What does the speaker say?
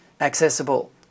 accessible